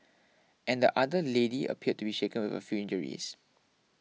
and the other lady appeared to be shaken with a few injuries